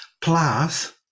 plus